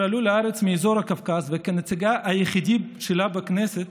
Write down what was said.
עלו לארץ מאזור הקווקז וכנציג היחידי שלה בכנסת